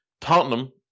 Tottenham